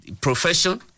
profession